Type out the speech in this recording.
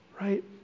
right